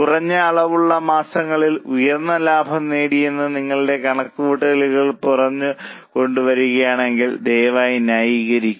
കുറഞ്ഞ അളവുള്ള മാസത്തിൽ ഉയർന്ന ലാഭം നേടിയെന്ന് നിങ്ങളുടെ കണക്കുകൂട്ടലുകൾ പുറത്തുകൊണ്ടുവരുന്നുവെങ്കിൽ ദയവായി ന്യായീകരിക്കുക